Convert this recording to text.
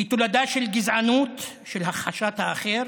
היא תולדה של גזענות, של הכחשת האחר